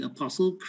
Apostle